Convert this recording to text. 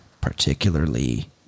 particularly